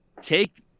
take